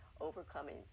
overcoming